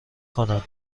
کنند